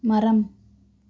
மரம்